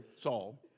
Saul